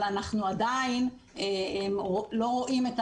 אבל אנחנו עדיין לא רואים את